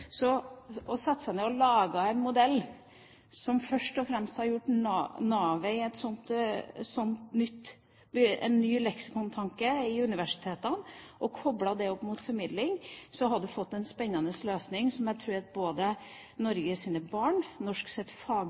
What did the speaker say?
en modell som først og fremst hadde vært navet i en slik ny leksikontanke ved universitetene, og koblet det opp mot formidling, hadde vi fått en spennende løsning, som jeg tror både Norges barn, norsk